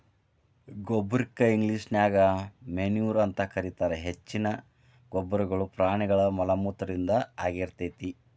ಗೊಬ್ಬರಕ್ಕ ಇಂಗ್ಲೇಷನ್ಯಾಗ ಮೆನ್ಯೂರ್ ಅಂತ ಕರೇತಾರ, ಹೆಚ್ಚಿನ ಗೊಬ್ಬರಗಳು ಪ್ರಾಣಿಗಳ ಮಲಮೂತ್ರದಿಂದ ಆಗಿರ್ತೇತಿ